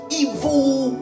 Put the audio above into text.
evil